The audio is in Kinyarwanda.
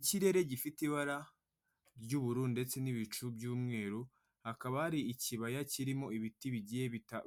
Ikirere gifite ibara ry'ubururu ndetse n'ibicu by'umweru, hakaba hari ikibaya kirimo ibiti bigiye